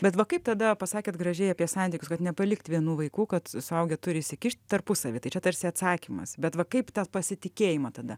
bet va kaip tada pasakėt gražiai apie santykius kad nepalikt vienų vaikų kad suaugę turi įsikišt tarpusavy tai čia tarsi atsakymas bet va kaip tą pasitikėjimą tada